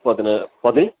പതിനേഴോ പതി